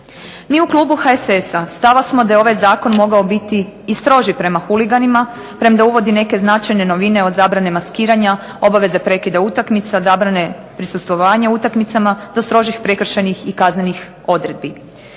Mi u klubu HSS-a stava smo da je ovaj zakon mogao biti i stroži prema huliganima, premda uvodi neke značajne novine od zabrane maskiranja, obaveze prekida utakmica, zabrane prisustvovanja utakmicama, do strožih prekršajnih i kaznenih odredbi.